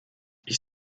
ich